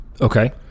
Okay